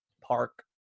Park